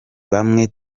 bamwe